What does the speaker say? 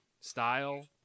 style